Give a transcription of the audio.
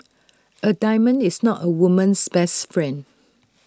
A diamond is not A woman's best friend